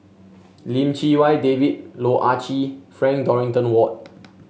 Lim Chee Wai David Loh Ah Chee Frank Dorrington Ward